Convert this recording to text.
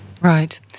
Right